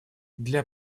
для